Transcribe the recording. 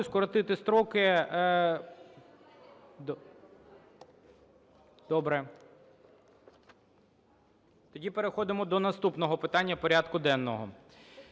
скоротити строки... Добре. Тоді переходимо до наступного питання порядку денного.